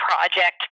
project